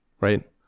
Right